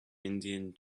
indian